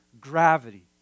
gravity